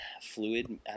fluid